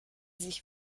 sich